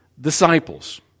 disciples